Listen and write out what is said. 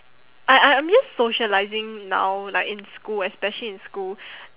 I I I'm just socialising now like in school especially in school